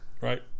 Right